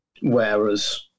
Whereas